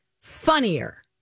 funnier